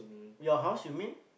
your house you mean